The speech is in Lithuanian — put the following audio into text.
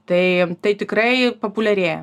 tai tai tikrai populiarėja